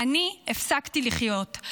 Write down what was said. אני הפסקתי לחיות,